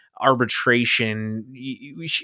arbitration